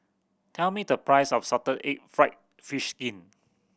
tell me the price of salted egg fried fish skin